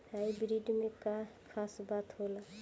Hybrid में का खास बात होला?